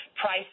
price